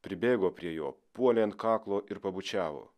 pribėgo prie jo puolė ant kaklo ir pabučiavo